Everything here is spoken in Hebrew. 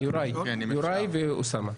יוראי ואוסאמה.